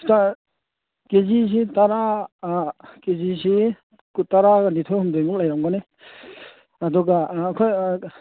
ꯀꯦꯖꯤꯁꯤ ꯇꯔꯥ ꯀꯦꯖꯤꯁꯤ ꯇꯔꯥꯒ ꯅꯤꯊꯣꯏ ꯍꯨꯝꯗꯣꯏꯃꯨꯛ ꯂꯩꯔꯝꯒꯅꯤ ꯑꯗꯨꯒ ꯑꯩꯈꯣꯏ